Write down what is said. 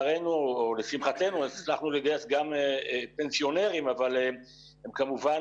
לשמחתנו הצלחנו לגייס גם פנסיונרים אבל הם כמובן